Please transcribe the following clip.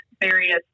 various